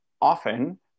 often